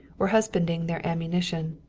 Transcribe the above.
were husbanding their ammunition.